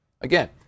again